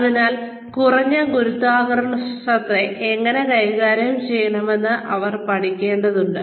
അതിനാൽ കുറഞ്ഞ ഗുരുത്വാകർഷണത്തെ എങ്ങനെ കൈകാര്യം ചെയ്യണമെന്ന് അവർ പഠിക്കേണ്ടതുണ്ട്